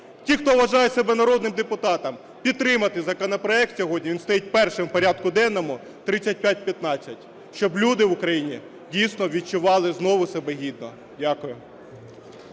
тих, хто вважає себе народним депутатом, підтримати законопроект сьогодні, він стоїть першим в порядку денному, 3515, щоб люди в Україні дійсно відчували знову себе гідно. Дякую.